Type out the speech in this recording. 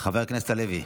חבר הכנסת הלוי.